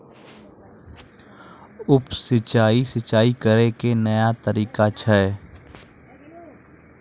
उप सिंचाई, सिंचाई करै के नया तरीका छै